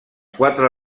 quatre